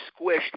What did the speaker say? squished